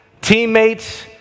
teammates